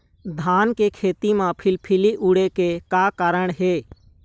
धान के खेती म फिलफिली उड़े के का कारण हे?